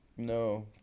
No